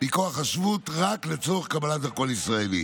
מכוח השבות רק לצורך קבלת דרכון ישראלי